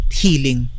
healing